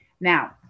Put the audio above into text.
Now